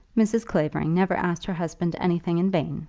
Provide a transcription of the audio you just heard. mrs. clavering never asked her husband anything in vain,